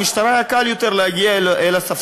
למשטרה היה קל יותר להגיע אל הספסרים,